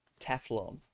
Teflon